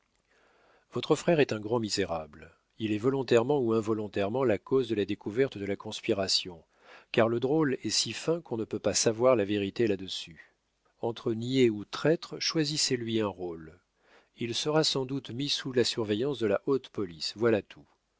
votre frère est un grand misérable il est volontairement ou involontairement la cause de la découverte de la conspiration car le drôle est si fin qu'on ne peut pas savoir la vérité là-dessus entre niais ou traître choisissez lui un rôle il sera sans doute mis sous la surveillance de la haute police voilà tout